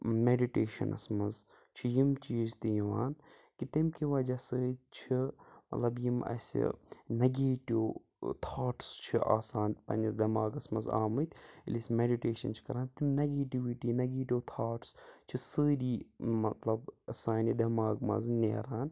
میٚڈِٹیشَنَس منٛز چھِ یِم چیٖز تہِ یِوان کہِ تَمہِ کہِ وَجہ سۭتۍ چھِ مطلب یِم اسہِ ٲں نَگیٹِو تھاٹٕس چھِ آسان پَننِس دیٚماغَس منٛز آمِتۍ ییٚلہِ أسۍ میٚڈِٹیشَن چھِ کَران تِم نَگیٹِوِٹی نَگیٹِو تھاٹٕس چھِ سٲری مطلب سانہِ دیٚماغ منٛز نیران